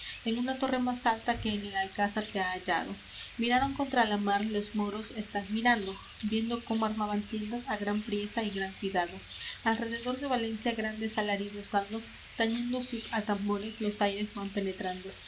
en una torre más alta que en el alcázar se ha hallado miraron contra la mar los moros están mirando viendo cómo armaban tiendas á gran priesa y gran cuidado al rededor de valencia grandes alaridos dando tañendo sus atambores los aires van penetrando